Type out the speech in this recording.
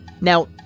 Now